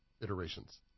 iterations